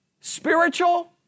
spiritual